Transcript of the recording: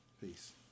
Peace